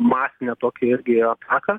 masinę tokią irgi ataką